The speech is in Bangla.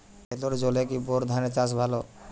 সেলোর জলে কি বোর ধানের চাষ ভালো?